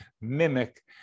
mimic